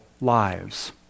lives